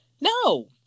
No